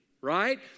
right